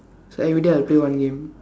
so everyday I'll play one game